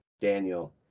Daniel